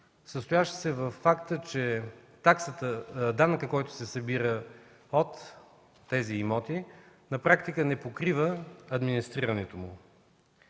състоящ се във факта, че данъкът, който се събира от тези имоти, на практика не покрива администрирането му.